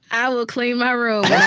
i will clean my room.